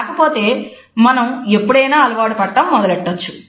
కాకపోతే మనం ఎప్పుడైనా అలవాటు పడటం మొదలుపెట్టవచ్చు